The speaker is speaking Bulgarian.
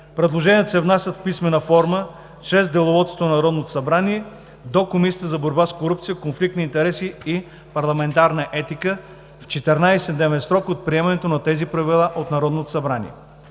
Предложенията се внасят в писмена форма чрез Деловодството на Народното събрание до Комисията за борба с корупцията, конфликт на интереси и парламентарна етика в 14-дневен срок от приемането на тези правила от Народното събрание.